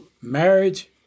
marriage